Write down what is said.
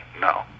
no